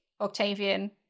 Octavian